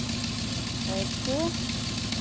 ᱮᱠᱮ